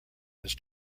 his